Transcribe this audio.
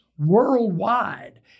Worldwide